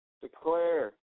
declare